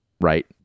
right